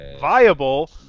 viable